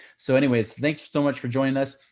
so anyways, thank you so much for joining us.